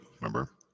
Remember